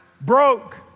broke